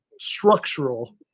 structural